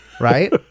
right